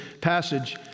passage